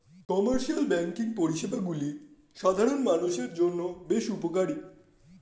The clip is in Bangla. কমার্শিয়াল ব্যাঙ্কিং পরিষেবাগুলি সাধারণ মানুষের জন্য বেশ উপকারী